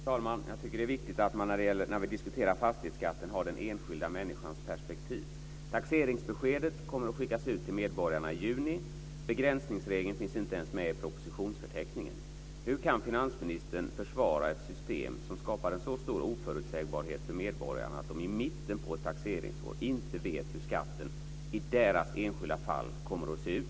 Fru talman! Jag tycker att det är viktigt när vi diskuterar fastighetsskatten att utgå från den enskilda människans perspektiv. Taxeringsbeskedet kommer att skickas ut till medborgarna i juni, och begränsningsregeln finns inte ens med i propositionsförteckningen. Hur kan finansministern försvara ett system som skapar en så stor oförutsägbarhet för medborgarna att de i mitten på ett taxeringsår inte vet hur skatten i deras enskilda fall kommer att se ut?